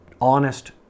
honest